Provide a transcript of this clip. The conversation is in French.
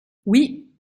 oui